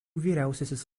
vyriausiasis